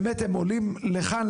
הם באמת עולים לכאן,